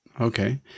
Okay